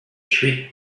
three